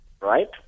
right